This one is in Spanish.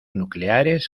nucleares